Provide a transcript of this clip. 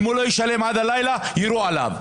ואם הוא לא ישלם עד הלילה יירו עליו.